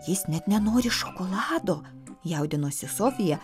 jis net nenori šokolado jaudinosi sofija